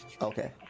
Okay